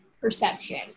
perception